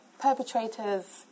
perpetrators